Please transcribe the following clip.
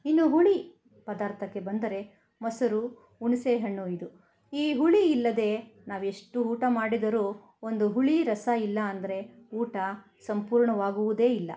ಇನ್ನು ಹುಳಿ ಪದಾರ್ಥಕ್ಕೆ ಬಂದರೆ ಮೊಸರು ಹುಣಸೆಹಣ್ಣು ಇದು ಈ ಹುಳಿ ಇಲ್ಲದೇ ನಾವು ಎಷ್ಟು ಊಟ ಮಾಡಿದರು ಒಂದು ಹುಳಿರಸ ಇಲ್ಲ ಅಂದರೆ ಊಟ ಸಂಪೂರ್ಣವಾಗುವುದೇ ಇಲ್ಲ